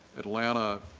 atlanta,